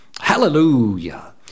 hallelujah